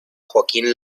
joaquín